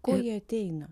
ko jie ateina